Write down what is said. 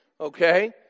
okay